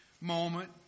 moment